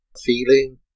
feeling